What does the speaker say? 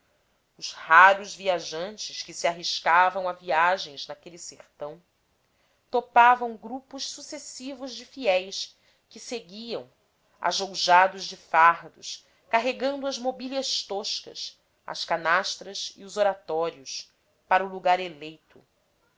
os raros viajantes que se arriscavam a viagens naquele sertão topavam grupos sucessivos de fiéis que seguiam ajoujados de fardos carregando as mobílias toscas as canastras e os oratórios para o lugar eleito